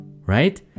right